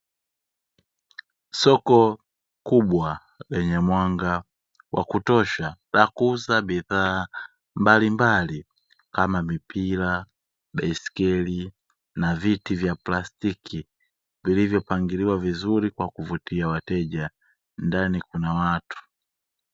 Soko kubwa lenye mwanga wa kutosha la kuuza bidhaa mbalimbali kama: mipira, baiskeli na viti vya plastiki vilivyopangiliwa vizuri kwa kuvutia wateja, ndani kuna watu.